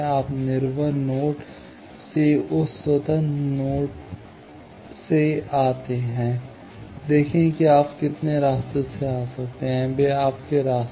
आप निर्भर नोड से उस स्वतंत्र नोड से आते हैं देखें कि आप कितने रास्ते आ सकते हैं वे आपके रास्ते हैं